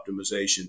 optimization